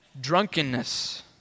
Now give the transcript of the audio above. drunkenness